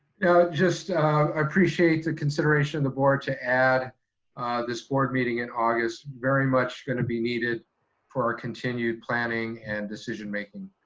just i appreciate the consideration of the board to add this board meeting in august. very much gonna be needed for our continued planning and decision making.